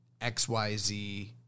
XYZ